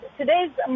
today's